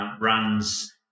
runs